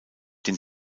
den